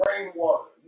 rainwater